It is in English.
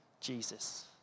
Jesus